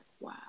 wow